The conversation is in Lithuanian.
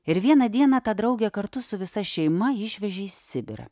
ir vieną dieną tą draugę kartu su visa šeima išvežė į sibirą